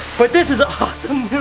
but this is awesome news,